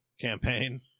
campaign